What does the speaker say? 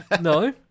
No